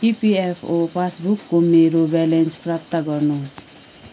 EPFO पासबुकको मेरो balance प्राप्त गर्नुहोस्